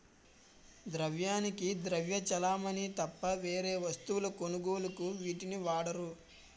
ద్రవ్యానికి ద్రవ్య చలామణి తప్ప వేరే వస్తువుల కొనుగోలుకు వీటిని వాడరు